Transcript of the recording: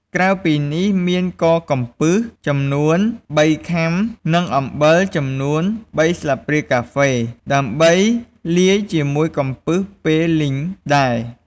ក្រៅពីនេះមានក៏កំពឹសចំនួនបីខាំ និងអំបិលចំនួនបីសា្លបព្រាកាហ្វេ ដើម្បីលាយជាមួយកំពឹសពេលលីងដែរ។